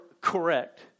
correct